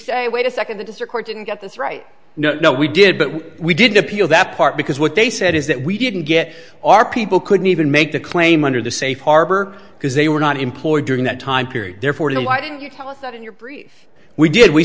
say wait a second the court didn't get this right no no we did but we did appeal that part because what they said is that we didn't get our people couldn't even make the claim under the safe harbor because they were not employed during that time period therefore why didn't you tell us that in your brief we did we